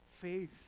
Faith